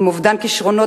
עם אובדן כשרונות,